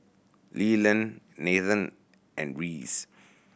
Leland Nathen and Reese